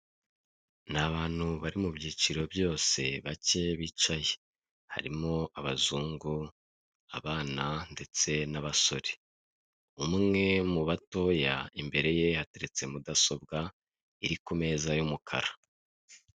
Umuhanda w'umukara uri kuyogamo n'ibinyabiziga, urimo imirongo minini y'umweru kuruhande hari akayira k'abanyamaguru, hirya gato hari ibinyabiziga bitwara abantu ndetse n'ibintu, imbere hari ibidukikije birimo ibiti.